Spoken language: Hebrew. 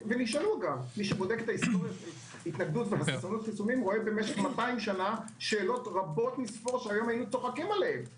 מי שבודק רואה במשך 2,000 שנה שאלות רבות מספור שהיו צוחקים עליהם היום.